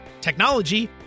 technology